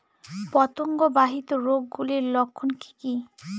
পতঙ্গ বাহিত রোগ গুলির লক্ষণ কি কি?